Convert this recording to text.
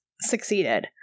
succeeded